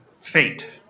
fate